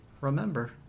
remember